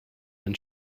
then